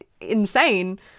insane